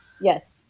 yes